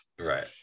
right